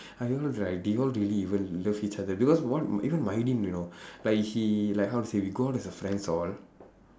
I don't know like do you all even really love each other because what even my name you know like he like how to say we go out as her friends all